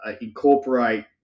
incorporate